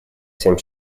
всем